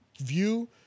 view